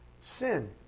Sin